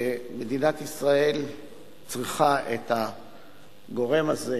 שמדינת ישראל צריכה את הגורם הזה